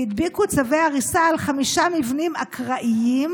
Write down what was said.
והדביקו צווי הריסה על חמישה מבנים אקראיים